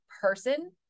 person